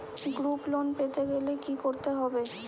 Group loan পেতে গেলে কি করতে হবে?